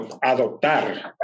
adoptar